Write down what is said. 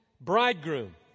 bridegroom